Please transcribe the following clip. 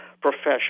profession